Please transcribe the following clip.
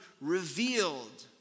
revealed